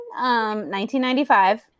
1995